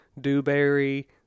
dewberry